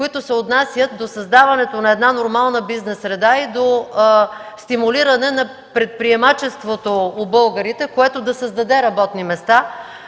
които се отнасят до създаването на една нормална бизнес среда и до стимулиране на предприемачеството у българите, което да създаде работни места